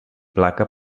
placa